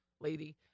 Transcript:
lady